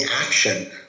action